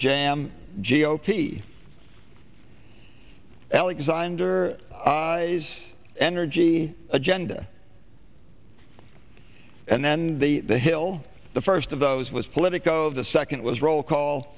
am g o p alexander eyes energy agenda and then the the hill the first of those was politico the second was roll call